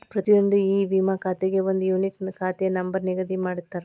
ಪ್ರತಿಯೊಂದ್ ಇ ವಿಮಾ ಖಾತೆಗೆ ಒಂದ್ ಯೂನಿಕ್ ಖಾತೆ ನಂಬರ್ ನಿಗದಿ ಮಾಡಿರ್ತಾರ